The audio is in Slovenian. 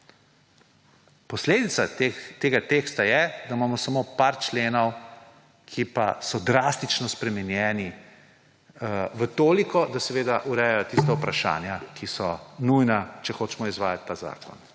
Posledica tega teksta je, da imamo samo par členov, ki pa so drastično spremenjeni v toliko, da seveda urejajo tista vprašanja, ki so nujna, če hočemo izvajati ta zakon.